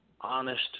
honest